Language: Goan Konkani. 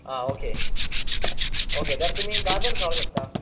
आ ओके आ तर तुमी गाजर खावं शकता